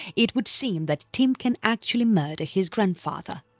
it would seem that tim can actually murder his grandfather.